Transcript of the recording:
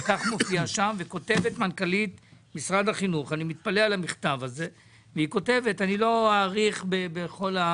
כך מופיע שם וכותבת מנכ"לית משרד החינוך אני לא אאריך בפרטים